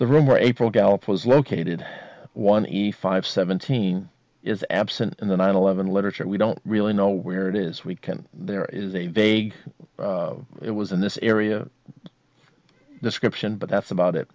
where april gallop was located one e five seventeen is absent in the nine eleven literature we don't really know where it is we can there is a vague it was in this area description but that's about it